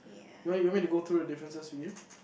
why you want me to go through the differences with you